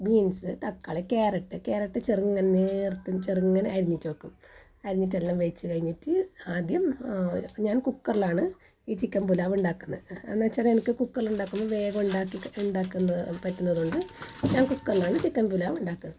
beans തക്കാളി carrot carrot ചെറുങ്ങനെ നേർത്ത് ചെറുങ്ങനെ അരിഞ്ഞിട്ട് വെക്കും അരിഞ്ഞിട്ടെല്ലാം വെച്ചു കഴിഞ്ഞിട്ട് ആദ്യം ഞാൻ കുക്കറിലാണ് ഈ ചിക്കൻ പുലാവ് ഉണ്ടാകുന്നത് എന്നു വെച്ചാൽ എനിക്ക് കുക്കറിൽ ഉണ്ടാക്കുമ്പോൾ വേഗം ഉണ്ടാക്കി ഉണ്ടാക്കാൻ പറ്റുന്നത് കൊണ്ട് ഞാൻ കുക്കറിലാണ് ചിക്കൻ പുലാവ് ഉണ്ടാക്കുന്നത്